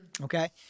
okay